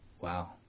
Wow